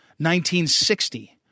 1960